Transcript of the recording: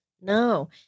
no